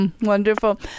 wonderful